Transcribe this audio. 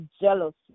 jealousy